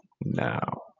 now